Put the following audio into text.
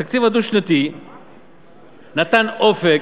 התקציב הדו-שנתי נתן אופק.